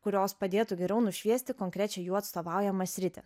kurios padėtų geriau nušviesti konkrečią jų atstovaujamą sritį